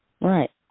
right